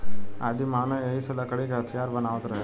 आदिमानव एही से लकड़ी क हथीयार बनावत रहे